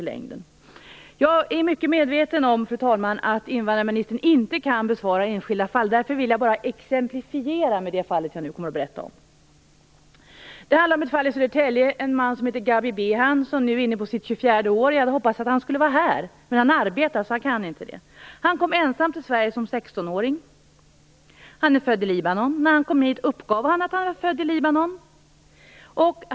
Jag är, fru talman, mycket medveten om att invandrarministern inte kan kommentera enskilda fall. Därför vill jag bara exemplifiera med det fall jag nu kommer att berätta om. Det handlar om en man i Södertälje som heter Gabi Behan och som nu är inne på sitt tjugofjärde år. Jag hade hoppats att han skulle vara här, men han arbetar, så han kan inte vara här. Han kom ensam till Sverige som 16-åring. Han är född i Libanon. När han kom hit uppgav han att han var född i Libanon.